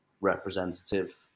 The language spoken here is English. representative